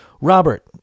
Robert